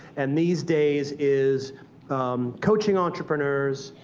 and these days is coaching entrepreneurs,